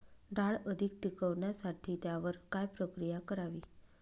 डाळ अधिक टिकवण्यासाठी त्यावर काय प्रक्रिया करावी?